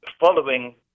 following